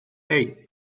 hey